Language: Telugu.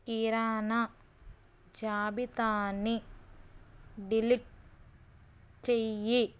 కిరాణా జాబితాని డిలీట్ చెయ్యి